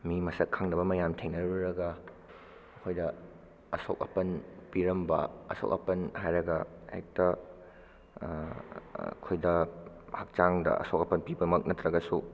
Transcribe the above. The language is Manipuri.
ꯃꯤ ꯃꯁꯛ ꯈꯪꯗꯕ ꯃꯌꯥꯝ ꯊꯦꯡꯅꯔꯨꯔꯒ ꯑꯩꯈꯣꯏꯗ ꯑꯁꯣꯛ ꯑꯄꯟ ꯄꯤꯔꯝꯕ ꯑꯁꯣꯛ ꯑꯄꯟ ꯍꯥꯏꯔꯒ ꯍꯦꯛꯇ ꯑꯩꯈꯣꯏꯗ ꯍꯛꯆꯥꯡꯗ ꯑꯁꯣꯛ ꯑꯄꯟ ꯄꯤꯕꯃꯛ ꯅꯠꯇ꯭ꯔꯒꯁꯨ